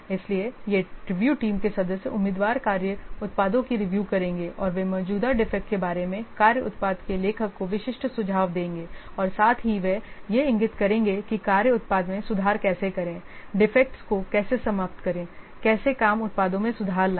इसलिए ये review team के सदस्य उम्मीदवार कार्य उत्पादों की रिव्यू करेंगे और वे मौजूदा डिफेक्ट के बारे में कार्य उत्पाद के लेखक को विशिष्ट सुझाव देंगे और साथ ही वे यह भी इंगित करेंगे कि कार्य उत्पाद में सुधार कैसे करें डिफेक्टस को कैसे समाप्त करेंकैसे काम उत्पादों में सुधार लाए